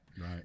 Right